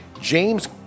James